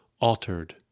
altered